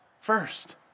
First